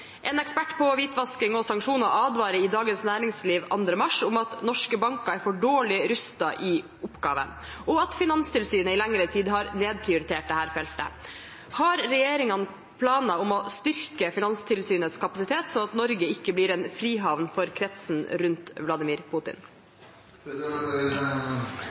En ekspert på hvitvasking og sanksjoner advarer i Dagens Næringsliv 2. mars om at norske banker er for dårlig rustet til oppgaven, og at Finanstilsynet i lengre tid har nedprioritert feltet. Har regjeringen planer for å styrke Finanstilsynets kapasitet, slik at Norge ikke blir en frihavn for kretsen rundt Vladimir